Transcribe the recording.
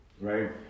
right